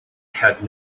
had